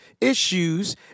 issues